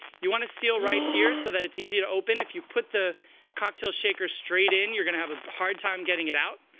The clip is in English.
you want to seal right here, so that it's easy to open. if you put the cocktail shaker straight in, you're going to have a hard time getting it out.